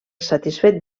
satisfet